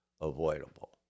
avoidable